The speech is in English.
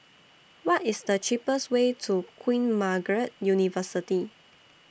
What IS The cheapest Way to Queen Margaret University